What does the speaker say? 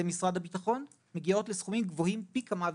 משרד הביטחון מגיעות לסכומים גבוהים פי כמה וכמה.